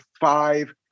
five